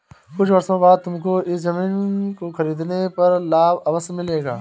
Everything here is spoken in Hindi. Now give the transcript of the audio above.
कुछ वर्षों बाद तुमको इस ज़मीन को खरीदने पर लाभ अवश्य मिलेगा